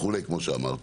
וכו' כמו שאמרתי.